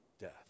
death